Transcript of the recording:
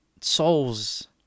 souls